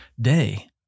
day